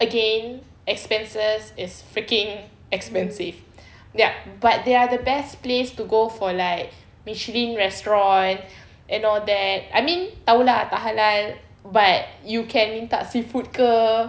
again expenses is freaking expensive yup but they are the best place to go for like michelin restaurants and all that I mean tahu lah tak halal but you can minta seafood ke